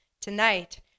Tonight